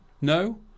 No